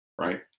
right